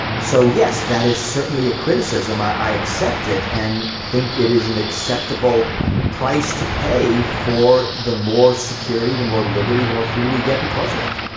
so yes, that is certainly a criticism, i i accept it and think that it is an acceptable price to pay for the more security, the more liberty, the more freedom we get because of it.